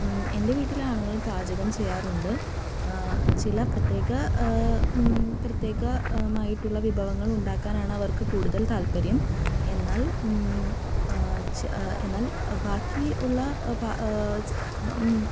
എൻ്റെ വീട്ടിൽ ആണുങ്ങൾ പാചകം ചെയ്യാറുണ്ട് ചില പ്രത്യേക പ്രത്യേക മായിട്ടുള്ള വിഭവങ്ങൾ ഉണ്ടാക്കാനാണ് അവർക്ക് കൂടുതൽ താൽപര്യം എന്നാൽ എന്നാൽ ബാക്കി ഉള്ള